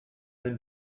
given